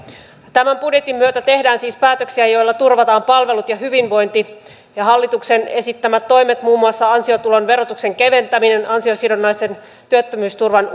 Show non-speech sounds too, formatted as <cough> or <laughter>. tämän budjetin myötä tehdään siis päätöksiä joilla turvataan palvelut ja hyvinvointi ja hallituksen esittämät toimet muun muassa ansiotulon verotuksen keventäminen ansio sidonnaisen työttömyysturvan <unintelligible>